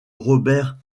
robert